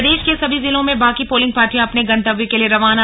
प्रदेश के सभी जिलों से बाकी पोलिंग पार्टियां अपने गंतव्य के लिए रवाना